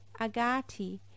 agati